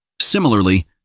Similarly